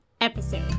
episode